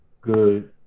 good